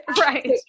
Right